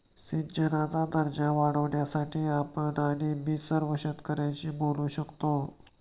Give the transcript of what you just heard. सिंचनाचा दर्जा वाढवण्यासाठी आपण आणि मी सर्व शेतकऱ्यांशी बोलू शकतो